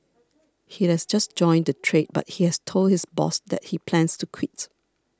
he has just joined the trade but he has told his boss that he plans to quit